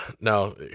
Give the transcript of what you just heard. no